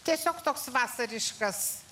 tiesiog toks vasariškas